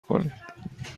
کنید